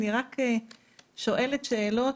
אני רק שואלת שאלות